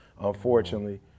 unfortunately